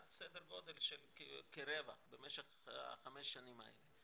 סדר גודל של כרבע במשך חמש השנים האלה.